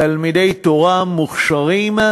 תלמידי תורה מוכשרים,